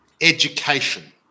education